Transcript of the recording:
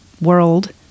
world